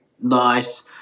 nice